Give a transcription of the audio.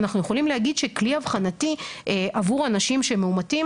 אנחנו יכולים להגיד שכלי אבחנתי עבור אנשים שמאומתים